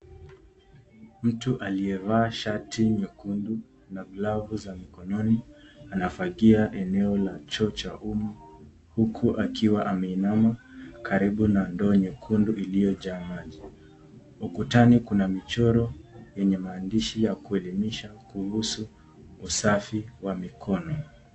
Mtu aliyevaa shati nyekundu na glavu za mikononi anafagia eneo la choo cha umma, huku akiwa ameinama karibu na ndoo nyekundu iliyojaa maji. Ukutani kuna michoro yenye maandishi ya kuelimisha kuhusu usafi wa mikono.